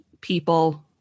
people